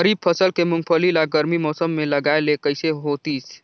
खरीफ फसल के मुंगफली ला गरमी मौसम मे लगाय ले कइसे होतिस?